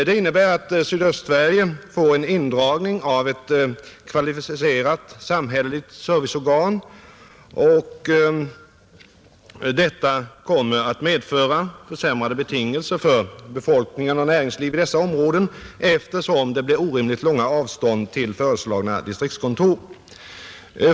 Det innebär att Sydöstsverige får en indragning av ett kvalificerat samhälleligt serviceorgan, och detta kommer att medföra försämrade betingelser för befolkningen och näringslivet i dessa områden, eftersom det blir orimligt långa avstånd till föreslagna distriktskontor.